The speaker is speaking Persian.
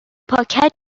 پاکت